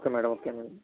okay madam okay నండి